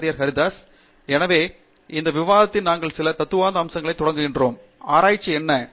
பேராசிரியர் பிரதாப் ஹரிதாஸ் எனவே இந்த விவாதத்தில் நாங்கள் சில தத்துவார்த்த அம்சங்களுடன் தொடங்கினோம் ஆராய்ச்சி என்ன